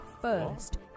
First